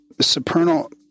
supernal